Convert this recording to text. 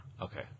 Okay